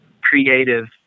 creative